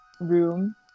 room